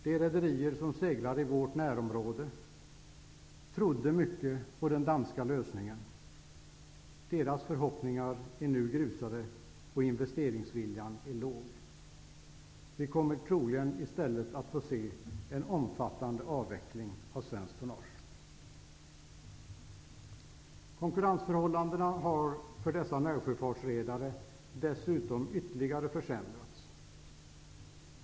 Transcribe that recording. De rederier som seglar i vårt närområde trodde mycket på den danska lösningen. Deras förhoppningar har nu grusats, och investeringsviljan är svag. Vi kommer troligen i stället att få se en omfattande avveckling av svenskt tonnage. Konkurrensförhållandena för dessa närsjöfartsredare har dessutom ytterligare försämrats.